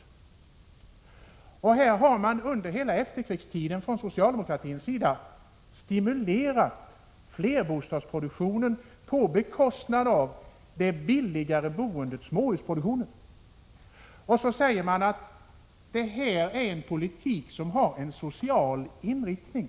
Socialdemokraterna har under hela efterkrigstiden stimulerat flerbostadsproduktionen på bekostnad av det billigare boendet i småhusproduktion. Sedan säger man att det är en produktion som har social inriktning.